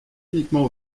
uniquement